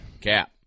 cap